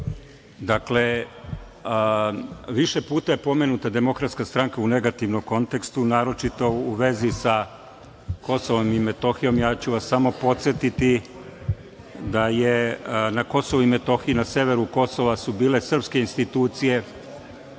Dakle, više puta je pomenuta Demokratska stranka u negativnom kontekstu, naročito u vezi sa Kosovom i Metohijom. Samo ću vas podsetiti da su na Kosovu i Metohiji, na severu Kosova bile srpske institucije